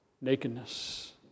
nakedness